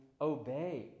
obey